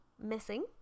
missing